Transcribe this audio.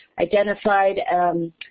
identified